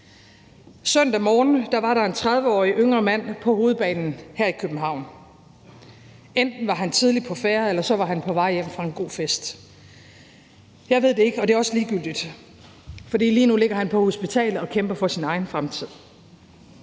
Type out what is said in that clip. Søndag morgen var der en 30-årig yngre mand på Hovedbanen her i København. Enten var han tidligt på færde, eller også var han på vej hjem fra en god fest. Jeg ved det ikke, og det er også ligegyldigt. For lige nu ligger han på hospitalet og kæmper for sin egen fremtid.